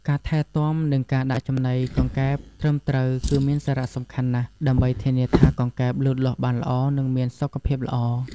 ការថែទាំ និងការដាក់ចំណីកង្កែបត្រឹមត្រូវគឺមានសារៈសំខាន់ណាស់ ដើម្បីធានាថាកង្កែបលូតលាស់បានល្អ និងមានសុខភាពល្អ។